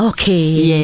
Okay